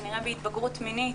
כנראה בהתבגרות מינית,